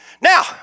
Now